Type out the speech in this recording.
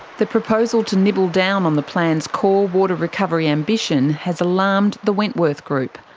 the proposal to nibble down on the plan's core water recovery ambition has alarmed the wentworth group,